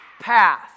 Path